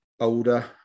older